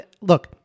look